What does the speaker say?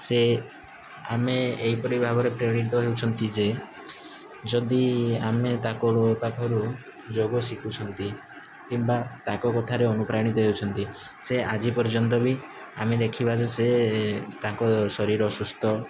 ସେ ଆମେ ଏହି ପରି ଭାବରେ ପ୍ରେଣିତ ହୋଇଛନ୍ତି ଯେ ଯଦି ଆମେ ତାଙ୍କ ପାଖରୁ ଯୋଗ ଶିଖୁଛନ୍ତି କିମ୍ବା ତାଙ୍କ କଥାରେ ଅନୁପ୍ରେଣିତ ହେଉଛନ୍ତି ସେ ଆଜି ପର୍ଯ୍ୟନ୍ତ ବି ଆମେ ଦେଖିବା ଯେ ସେ ତାଙ୍କ ଶରୀର ସୁସ୍ଥ